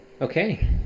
Okay